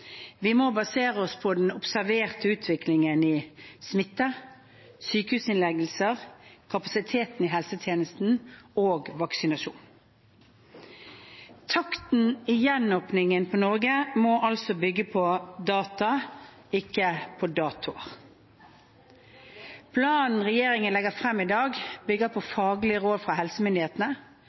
Vi må basere oss på den observerte utviklingen i smitte, sykehusinnleggelser, kapasiteten i helsetjenesten og vaksinasjon. Takten i gjenåpningen av Norge må bygge på data, ikke på datoer. Planen regjeringen legger frem i dag, bygger på faglige råd fra helsemyndighetene.